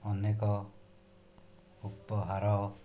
ଅନେକ ଉପହାର